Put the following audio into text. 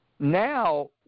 Now